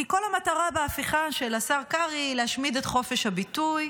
כי כל המטרה בהפיכה של השר קרעי היא להשמיד את חופש הביטוי,